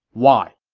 why?